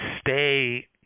stay